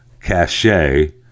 cachet